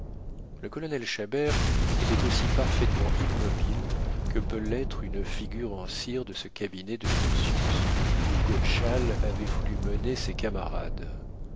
le colonel chabert était aussi parfaitement immobile que peut l'être une figure en cire de ce cabinet de curtius où godeschal avait voulu mener ses camarades